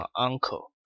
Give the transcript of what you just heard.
Uncle 》 。